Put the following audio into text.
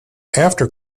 after